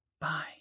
Bye